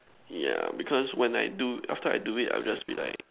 yeah because when I do after I do it I will just be like